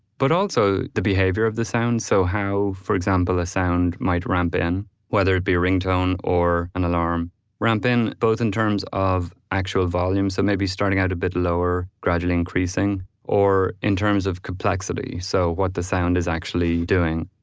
but also the behavior of the sound. so how for example a sound might ramp in whether it'd be a ringtone or an alarm ramp in both in terms of actual volume, so maybe starting out a bit lower gradually increasing or in terms of complexity, so what the sound is actually doing